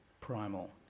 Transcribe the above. primal